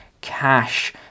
cash